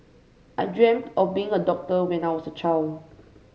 I dreamt of becoming a doctor when I was a child